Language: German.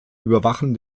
überwachen